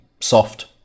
soft